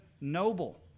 noble